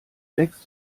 wächst